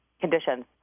conditions